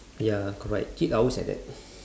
ya correct kids always like that